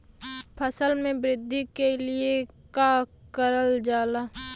फसल मे वृद्धि के लिए का करल जाला?